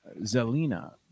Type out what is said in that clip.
Zelina